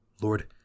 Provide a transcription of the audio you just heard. Lord